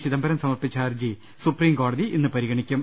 ചിദംബരം സമർപ്പിച്ച ഹർജി സുപ്രീം കോടതി ഇന്ന് പരിഗണിക്കും